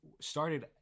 started